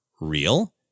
real